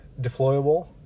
deployable